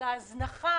על ההזנחה,